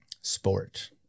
Sport